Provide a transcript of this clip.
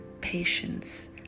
patience